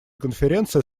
конференция